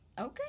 Okay